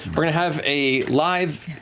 we're going to have a live,